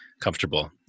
comfortable